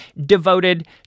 devoted